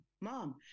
mom